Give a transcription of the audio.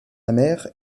amer